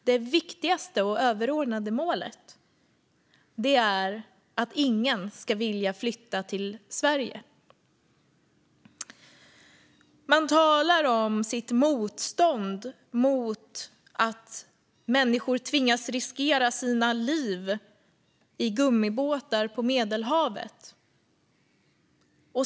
Det viktigaste och det överordnade målet är att ingen ska vilja flytta till Sverige. Man talar om sitt motstånd mot att människor tvingas riskera sina liv i gummibåtar på Medelhavet.